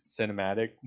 cinematic